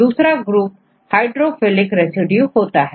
दूसरा group hydrophilic residue का होता है